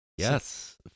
Yes